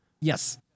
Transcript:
Yes